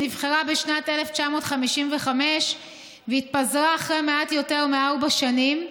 שנבחרה בשנת 1955 והתפזרה אחרי מעט יותר מארבע שנים,